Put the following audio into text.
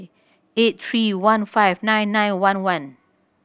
eight three one five nine nine one one